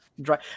dry